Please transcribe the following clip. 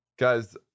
Guys